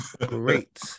Great